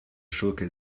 schurke